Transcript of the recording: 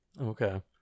okay